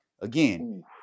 Again